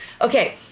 Okay